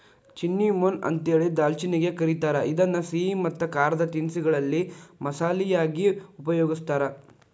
cinnamon ಅಂತೇಳಿ ದಾಲ್ಚಿನ್ನಿಗೆ ಕರೇತಾರ, ಇದನ್ನ ಸಿಹಿ ಮತ್ತ ಖಾರದ ತಿನಿಸಗಳಲ್ಲಿ ಮಸಾಲಿ ಯಾಗಿ ಉಪಯೋಗಸ್ತಾರ